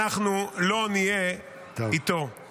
ואנחנו הולכים בדרכי אבותינו,